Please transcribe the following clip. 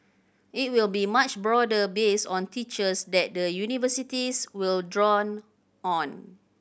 it will be much broader based on teachers that the universities will draw on